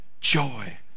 joy